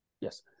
Yes